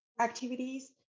activities